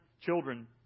children